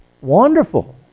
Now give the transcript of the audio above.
wonderful